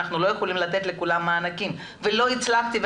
אנחנו לא יכולים לתת לכולם מענקים' ולא הצלחתי.